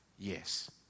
Yes